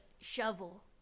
shovel